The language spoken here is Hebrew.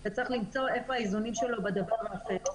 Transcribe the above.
אתה צריך למצוא איפה האיזונים שלו בדבר האחר.